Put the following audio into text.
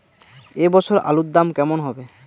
এ বছর আলুর দাম কেমন হবে?